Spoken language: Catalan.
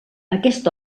aquest